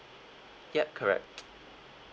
yup correct